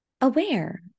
aware